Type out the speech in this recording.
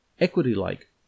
equity-like